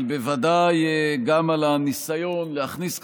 אבל בוודאי גם על הניסיון להכניס,